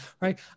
right